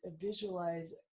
visualize